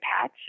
patch